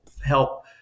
help